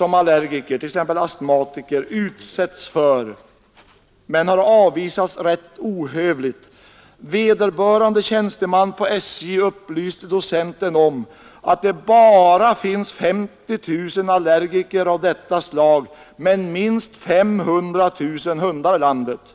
allergiker, t.ex. astmatiker, utsätts för, men har avvisats rätt ohövligt. Vederbörande tjänsteman på SJ upplyste docenten om att det bara finns 50 000 allergiker av detta slag men minst 500 000 hundar i landet.